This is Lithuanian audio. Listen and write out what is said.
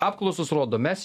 apklausos rodo mes